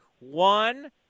one